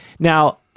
Now